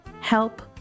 help